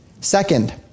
Second